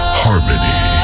harmony